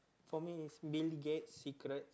for me it's Bill Gates he could've